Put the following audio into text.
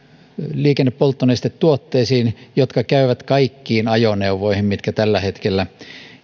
liikennepolttonestetuotteisiin jotka käyvät kaikkiin ajoneuvoihin mitkä tällä hetkellä